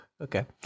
Okay